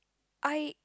I